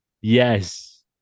Yes